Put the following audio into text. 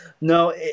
No